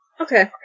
Okay